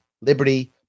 liberty